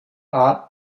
art